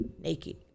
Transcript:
naked